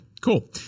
Cool